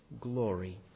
glory